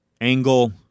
angle